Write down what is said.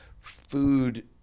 food